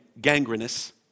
gangrenous